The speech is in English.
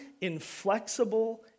inflexible